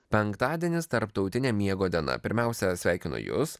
penktadienis tarptautinė miego diena pirmiausia sveikinu jus